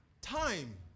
time